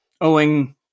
owing